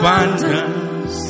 Abundance